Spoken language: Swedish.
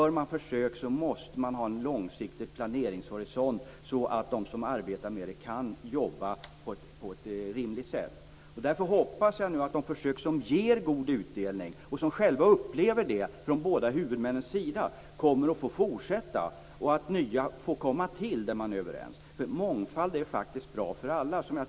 Om man gör försök måste man ha en långsiktig planeringshorisont, så att de som arbetar med det kan jobba på ett rimligt sätt. Därför hoppas jag nu att de försök som ger god utdelning och som själva upplever det, från båda huvudmännens sida, kommer att få fortsätta och att nya får komma till där man är överens. Mångfald är bra för alla.